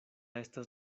estas